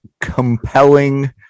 compelling